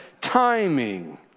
timing